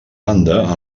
banda